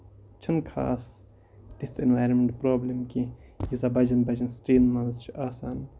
چھُ نہٕ خاص تِژھ اینورنمینٹ برابلِم کیٚنٛہہ یٖژھ بَجین بَجین سٹی ین منٛز چھِ آسان